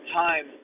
time